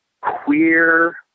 queer